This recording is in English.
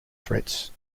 threats